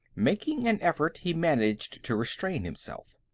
making an effort, he managed to restrain himself.